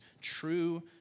true